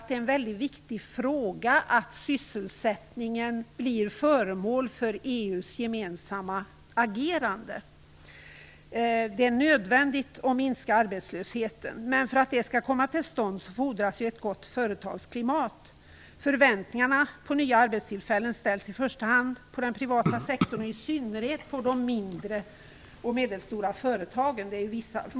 Det är viktigt att sysselsättningen blir föremål för EU:s gemensamma agerande. Det är nödvändigt att minska arbetslösheten. För att detta skall komma till stånd fordras dock ett gott företagsklimat. Förväntningarna på nya arbetstillfällen ställs i första hand på den privata sektorn, och i synnerhet på de mindre och medelstora företagen.